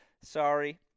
Sorry